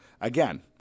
Again